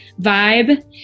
vibe